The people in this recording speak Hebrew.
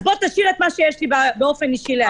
אז, בוא, תשאיר את מה שיש לי באופן אישי להגיד.